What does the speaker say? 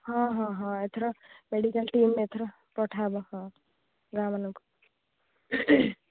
ହଁ ହଁ ହଁ ଏଥର ମେଡ଼ିକାଲ୍ ଟିମ୍ ଏଥର ପଠାହେବ ହଁ ଗାଁ'ମାନଙ୍କୁ